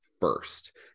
first